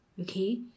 okay